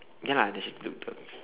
ya lah then she took the